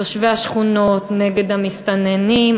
תושבי השכונות נגד המסתננים,